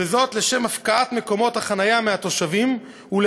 וזאת לשם הפקעת מקומות החניה מהתושבים כדי